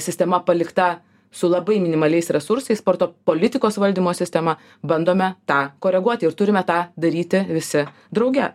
sistema palikta su labai minimaliais resursais sporto politikos valdymo sistema bandome tą koreguoti ir turime tą daryti visi drauge